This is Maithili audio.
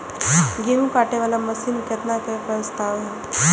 गेहूँ काटे वाला मशीन केतना के प्रस्ताव हय?